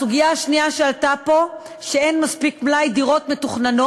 הסוגיה השנייה שעלתה פה היא שאין מלאי מספיק של דירות מתוכננות,